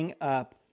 up